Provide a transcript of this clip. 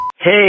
Hey